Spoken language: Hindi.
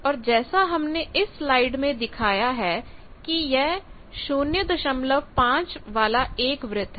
और जैसा हमने इस स्लाइड में दिखाया है कि यह 05 वाला एक वृत्त है